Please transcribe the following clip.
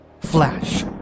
Flash